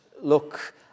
look